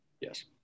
yes